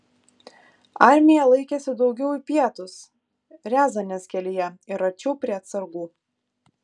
armija laikėsi daugiau į pietus riazanės kelyje ir arčiau prie atsargų